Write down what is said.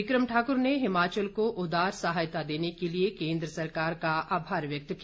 become Thakur ने हिमाचल को उदार सहायता देने के लिए केन्द्र सरकार का आभार व्यक्त किया